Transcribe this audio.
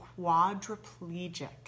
quadriplegic